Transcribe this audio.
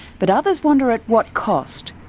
but others wonder at what cost.